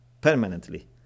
Permanently